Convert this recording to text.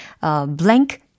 blank